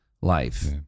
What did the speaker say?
life